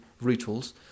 rituals